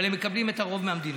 אבל הם מקבלים את הרוב מהמדינה.